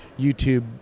YouTube